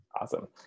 Awesome